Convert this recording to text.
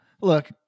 look